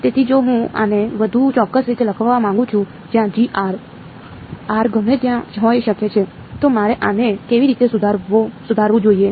તેથી જો હું આને વધુ ચોક્કસ રીતે લખવા માંગુ છું જ્યાં r ગમે ત્યાં હોઈ શકે છે તો મારે આને કેવી રીતે સુધારવું જોઈએ